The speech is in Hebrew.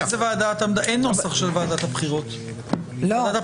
הבחירות האלה,